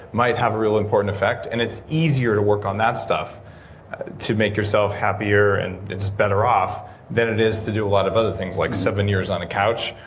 might have a real important effect and it's easier to work on that stuff to make yourself happier and just better off than it is to do a lot of other things like seven years on a couch,